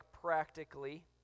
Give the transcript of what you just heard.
practically